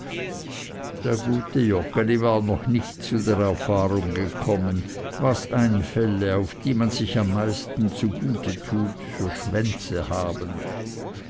der gute joggeli war noch nicht zu der erfahrung gekommen was einfälle auf die man sich am meisten zugute tut für schwänze haben